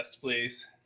please